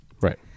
Right